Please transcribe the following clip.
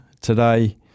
today